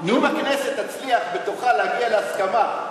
אם הכנסת תצליח ותוכל להגיע להסכמה,